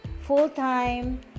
full-time